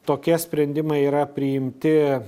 tokie sprendimai yra priimti